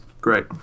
great